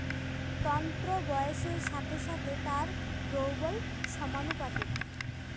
তন্তুর বয়সের সাথে সাথে তার দৌর্বল্য সমানুপাতিক